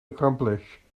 accomplish